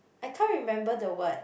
I can't remember the word